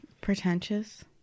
Pretentious